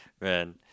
Man